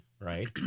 right